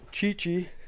Chi-Chi